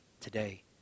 today